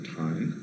time